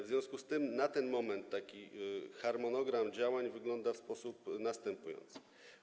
W związku z tym na ten moment harmonogram działań wygląda w sposób następujący.